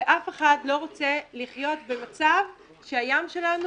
ואף אחד לא רוצה לחיות במצב שהים שלנו